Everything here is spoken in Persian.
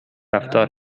رفتار